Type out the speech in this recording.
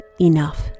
enough